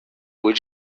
what